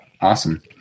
Awesome